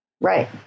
right